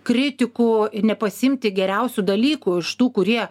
kritikų nepasiimti geriausių dalykų iš tų kurie